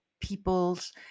peoples